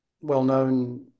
well-known